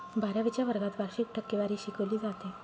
बारावीच्या वर्गात वार्षिक टक्केवारी शिकवली जाते